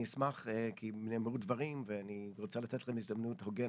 אני אשמח כי נאמרו דברים ואני רוצה לתת לכם הזדמנות הוגנת,